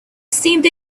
seemed